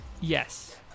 Yes